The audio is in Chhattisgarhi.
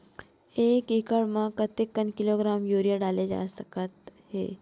एक एकड़ म कतेक किलोग्राम यूरिया डाले जा सकत हे?